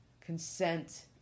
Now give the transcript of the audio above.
consent